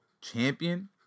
champion